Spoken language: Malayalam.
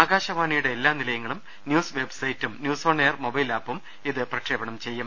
ആകാശവാ ണിയുടെ എല്ലാ നിലയങ്ങളും ന്യൂസ് വെബ്സൈറ്റും ന്യൂസ് ഓൺ എയർ മൊബൈൽ ആപ്പും ഇത് പ്രക്ഷേപണം ചെയ്യും